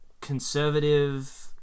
conservative